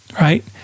right